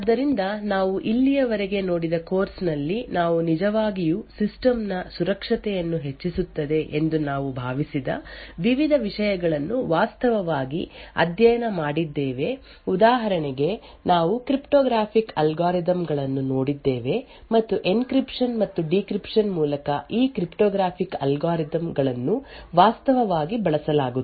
ಆದ್ದರಿಂದ ನಾವು ಇಲ್ಲಿಯವರೆಗೆ ನೋಡಿದ ಕೋರ್ಸ್ ನಲ್ಲಿ ನಾವು ನಿಜವಾಗಿಯೂ ಸಿಸ್ಟಮ್ ನ ಸುರಕ್ಷತೆಯನ್ನು ಹೆಚ್ಚಿಸುತ್ತದೆ ಎಂದು ನಾವು ಭಾವಿಸಿದ ವಿವಿಧ ವಿಷಯಗಳನ್ನು ವಾಸ್ತವವಾಗಿ ಅಧ್ಯಯನ ಮಾಡಿದ್ದೇವೆ ಉದಾಹರಣೆಗೆ ನಾವು ಕ್ರಿಪ್ಟೋಗ್ರಾಫಿಕ್ ಅಲ್ಗಾರಿದಮ್ ಗಳನ್ನು ನೋಡಿದ್ದೇವೆ ಮತ್ತು ಎನ್ಕ್ರಿಪ್ಶನ್ ಮತ್ತು ಡೀಕ್ರಿಪ್ಶನ್ ಮೂಲಕ ಈ ಕ್ರಿಪ್ಟೋಗ್ರಾಫಿಕ್ ಅಲ್ಗಾರಿದಮ್ ಗಳನ್ನು ವಾಸ್ತವವಾಗಿ ಬಳಸಲಾಗುತ್ತದೆ